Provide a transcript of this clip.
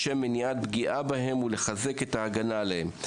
לשם מניעת הפגיעה בהם ולחיזוק ההגנה עליהם.